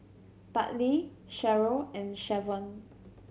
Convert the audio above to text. Bartley Sharyl and Shavon